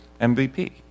MVP